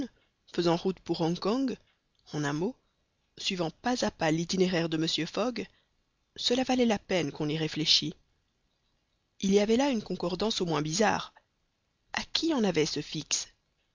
faisant route pour hong kong en un mot suivant pas à pas l'itinéraire de mr fogg cela valait la peine qu'on y réfléchît il y avait là une concordance au moins bizarre a qui en avait ce fix